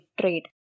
trade